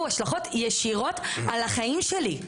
ולזה יהיו השלכות ישירות על החיים שלי,